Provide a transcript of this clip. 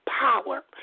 power